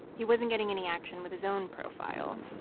he wasn't getting any action with his own profile,